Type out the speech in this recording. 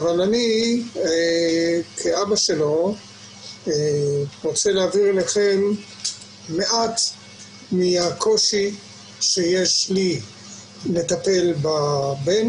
אבל אני כאבא שלו רוצה להעביר אליכם מעט מהקושי שיש לי לטפל בבן